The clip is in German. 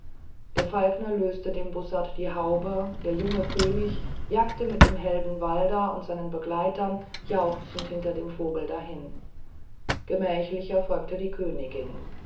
der falkner löste dem bussard die haube der junge könig jagte mit dem helden valda und seinen begleitern jauchzend unter dem vogel dahin gemächlicher folgte die königin